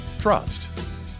Trust